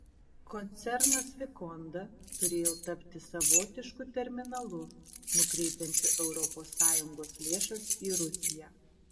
koncernas vikonda turėjo tapti savotišku terminalu nukreipiančiu europos sąjungos lėšas į rusiją